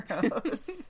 heroes